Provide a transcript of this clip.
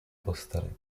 posteli